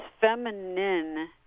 feminine